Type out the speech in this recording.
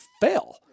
fail